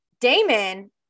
Damon